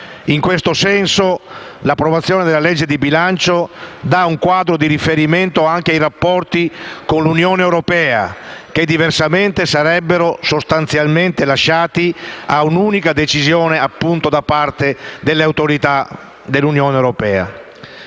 In questo senso l'approvazione del disegno di legge di bilancio dà un quadro di riferimento anche ai rapporti con l'Unione europea che, diversamente, sarebbero sostanzialmente lasciati ad un'unica decisione da parte delle autorità dell'Unione europea.